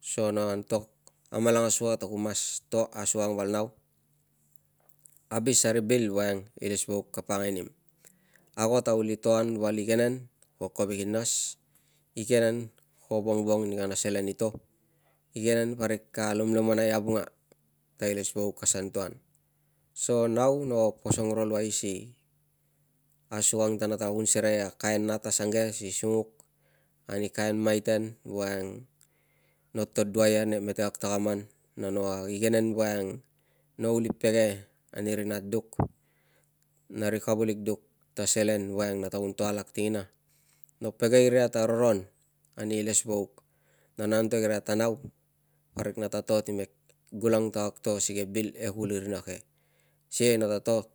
So no antok amalangas ua ta ku mas to asuang val nau. Abis a ri bil voiang ilesvauk ka pakangai nim. Ago ta uli to an val igenen ko kovek i nas, igenen ko vongvong ni kana selen i to, igenen parik ka lomlomonai avunga ta iles vauk ka san to. So nau no posong ro luai si akukang ta, ta nata kun serei a kain nat asuangke ke si sunguk ani kain maiten voiang noto duai ia nei e mete kag takaman. Na no igenen voiang no uli pege ani ri nat duk na ri kavulik duk ta selen voiang nata kun to alak singina. No pege iria ta roron ilesvauk na na antok iria ta nau parik na to time gulang ta kag to si ke bil i kulirina ke sikei nata to